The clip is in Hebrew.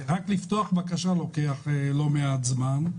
רק לפתוח בקשה לוקח לא מעט זמן.